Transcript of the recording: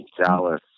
Dallas